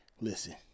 Listen